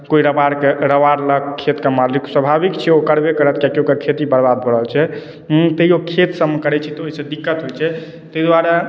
कोइ रबाड़के रबाड़लक खेतके मालिक स्वाभाविक छियै ओ करबे करत कियाकि ओकर खेती बर्बाद भऽ रहल छै हँ तैयो खेत सभमे करैत छी तऽ ओहिसँ दिक्कत होइत छै ताहि दुआरे